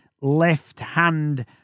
left-hand